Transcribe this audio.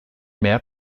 mehr